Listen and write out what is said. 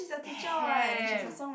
ten